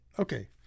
Okay